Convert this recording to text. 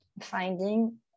finding